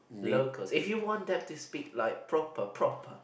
locals if you want them to speak like proper proper